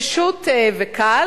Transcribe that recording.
פשוט וקל.